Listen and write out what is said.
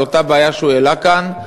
על אותה בעיה שהוא העלה כאן,